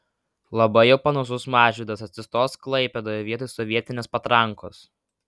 labai jau panašus mažvydas atsistos klaipėdoje vietoj sovietinės patrankos